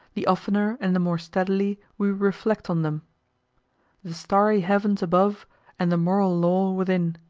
the oftener and the more steadily we reflect on them the starry heavens above and the moral law within.